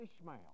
Ishmael